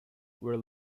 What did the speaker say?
were